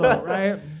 right